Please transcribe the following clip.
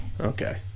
Okay